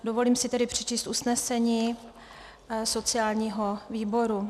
Dovolím si přečíst usnesení sociálního výboru.